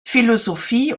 philosophie